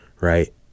Right